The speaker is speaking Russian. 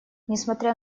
несмотря